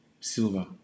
Silver